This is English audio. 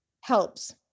helps